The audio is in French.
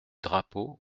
drapeau